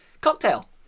Cocktail